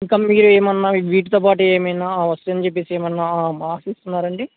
ఇంకా మీరు ఏమైనా మీ వీటితో పాటు ఏమైనా వస్తుందని చెప్పేసి ఏమైనా ఆసిస్తున్నారాండి